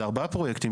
זה ארבעה פרויקטים,